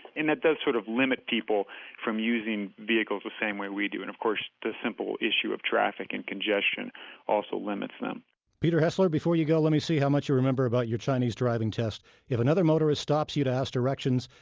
and that does sort of limit people from using vehicles the same way we do. and of course, the simple issue of traffic and congestion also limits them peter hessler, before you go, let me see how much you remember about your chinese driving test if another motorist stops you to ask directions,